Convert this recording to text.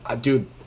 dude